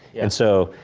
and so.